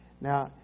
Now